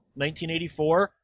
1984